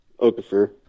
Okafor